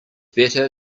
better